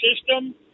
system